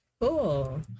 Cool